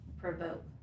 provoke